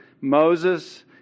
Moses